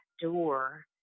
door